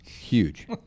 Huge